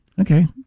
okay